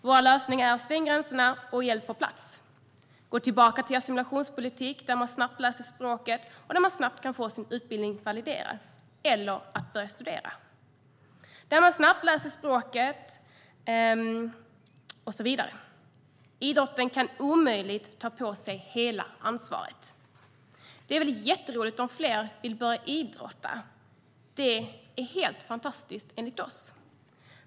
Våra lösningar är: Stäng gränserna och hjälp på plats! Gå tillbaka till assimilationspolitiken, där man snabbt lär sig språket och där man snabbt kan få sin utbildning validerad eller börja studera! Idrotten kan omöjligen ta på sig hela ansvaret. Det är väl jätteroligt om fler vill börja idrotta. Det är helt fantastiskt enligt oss.